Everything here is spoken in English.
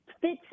fits